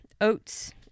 oats